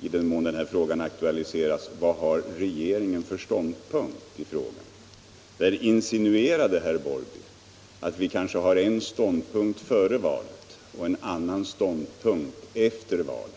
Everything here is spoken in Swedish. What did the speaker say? i den mån den aktualiseras. Herr Larsson i Borrby insinuerade att vi skulle ha en ståndpunkt före valet och kanske en annan efter valet.